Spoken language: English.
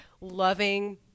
loving